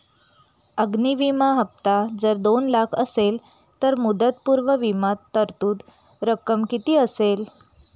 अग्नि विमा हफ्ता जर दोन लाख असेल तर मुदतपूर्व विमा तरतूद रक्कम किती असेल?